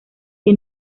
que